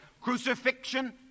crucifixion